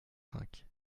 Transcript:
cinq